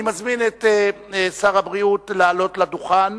אני מזמין את שר הבריאות לעלות לדוכן.